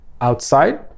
outside